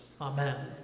Amen